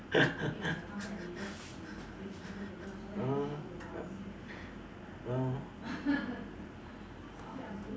mm mm